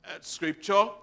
scripture